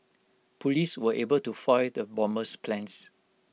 Police were able to foil the bomber's plans